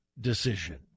decision